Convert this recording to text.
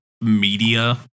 media